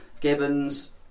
Gibbons